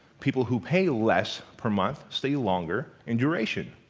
people who pay less per month stay longer in duration.